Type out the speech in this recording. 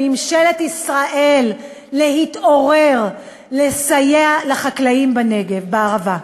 על ממשלת ישראל להתעורר, לסייע לחקלאים בערבה.